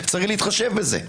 וצריך להתחשב בזה.